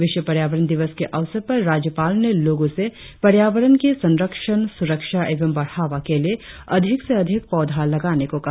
विश्व पर्यावरण दिवस के अवसर पर राज्यपाल ने लोगों से पर्यावरण की संरक्षण सुरक्षा एवं बढ़ावा के लिए अधिक से अधिक पौधा लगाने को कहा